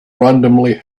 randomly